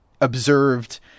observed